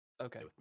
Okay